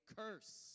curse